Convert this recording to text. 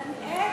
גן-עדן,